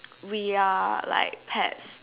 we are like pets